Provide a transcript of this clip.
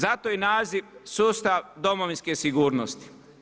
Zato i naziv sustav domovinske sigurnosti.